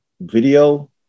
video